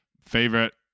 Favorite